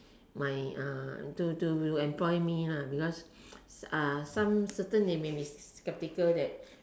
my to to employ me because some certain they may be skeptical that